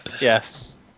Yes